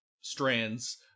strands